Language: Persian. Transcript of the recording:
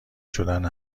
شدن